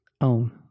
own